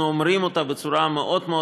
אנחנו אומרים אותה בצורה מאוד מאוד